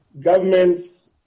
government's